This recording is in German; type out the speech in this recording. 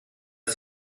das